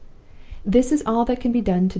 this is all that can be done to-day.